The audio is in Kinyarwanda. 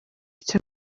icyo